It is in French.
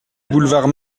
boulevard